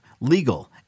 legal